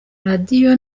radio